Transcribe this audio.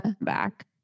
back